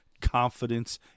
confidence